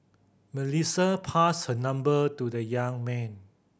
Melissa passed her number to the young man